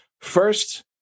First